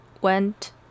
went